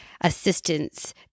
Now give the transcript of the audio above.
assistance